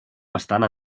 bastant